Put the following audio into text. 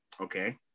Okay